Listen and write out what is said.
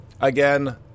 Again